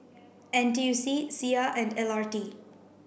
N T U C Sia and L R T